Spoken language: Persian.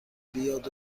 بیاد